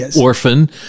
orphan